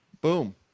Boom